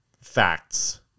facts